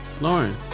Lauren